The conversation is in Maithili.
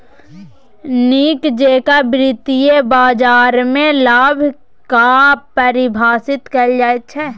नीक जेकां वित्तीय बाजारमे लाभ कऽ परिभाषित कैल जाइत छै